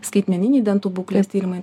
skaitmeniniai dantų būklės tyrimai